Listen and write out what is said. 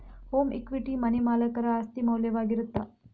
home equity money ಮಾಲೇಕರ ಆಸ್ತಿ ಮೌಲ್ಯವಾಗಿರತ್ತ